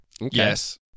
Yes